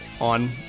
on